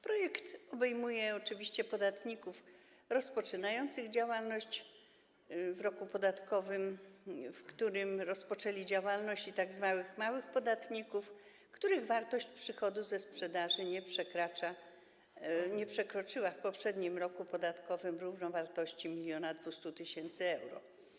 Projekt obejmuje oczywiście podatników rozpoczynających działalność w roku podatkowym, w którym rozpoczęli działalność, i tzw. małych podatników, których wartość przychodu ze sprzedaży nie przekroczyła w poprzednim roku podatkowym równowartości 1200 tys. euro.